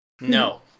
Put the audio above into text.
No